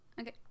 okay